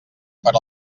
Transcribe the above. per